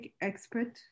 expert